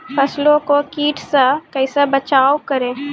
फसलों को कीट से कैसे बचाव करें?